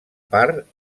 part